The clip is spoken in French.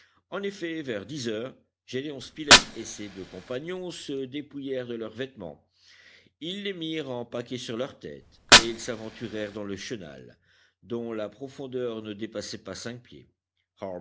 en effet vers dix heures gédéon spilett et ses deux compagnons se dépouillèrent de leurs vêtements ils les mirent en paquet sur leur tête et ils s'aventurèrent dans le chenal dont la profondeur ne dépassait pas cinq pieds